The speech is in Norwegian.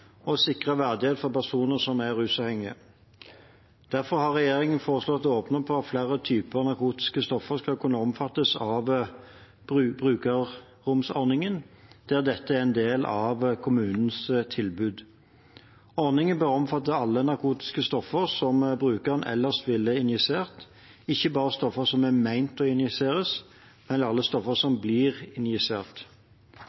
og sikre verdighet for personer som er rusavhengige. Derfor har regjeringen foreslått å åpne for at flere typer narkotiske stoffer skal kunne omfattes av brukerromsordningen, der dette er en del av kommunens tilbud. Ordningen bør omfatte alle narkotiske stoffer som brukeren ellers ville injisert, ikke bare stoffer som er ment å injiseres, men alle stoffer som